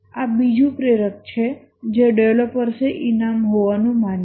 આ બીજું પ્રેરક છે જે ડેવલપર્સએ ઇનામ હોવાનું માન્યું